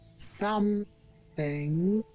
some thing.